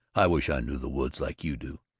i wish i knew the woods like you do.